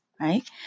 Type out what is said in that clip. right